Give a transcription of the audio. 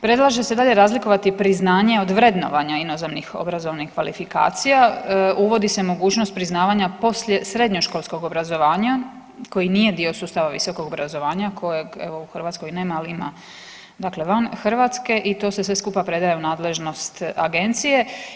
Predlaže se dalje razlikovati priznanje od vrednovanja inozemnih obrazovnih kvalifikacija, uvodi se mogućnost priznavanja poslije srednjoškolskog obrazovanja koji nije dio sustava visokog obrazovanja kojeg evo u Hrvatskoj nema, ali ima dakle van Hrvatske i to se sve skupa predaje u nadležnost agencije.